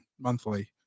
monthly